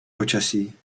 počasí